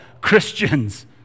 Christians